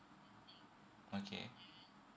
okay